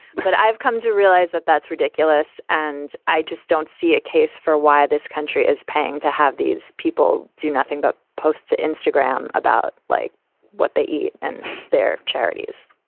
but i've come to realize that that's ridiculous. and i just don't see a case for why this country is paying to have these people do nothing but post to instagram about like what they eat and their charities.